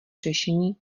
řešení